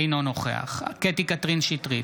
אינו נוכח קטי קטרין שטרית,